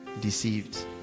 deceived